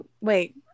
Wait